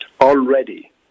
Already